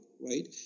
right